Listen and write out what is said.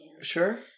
Sure